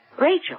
Rachel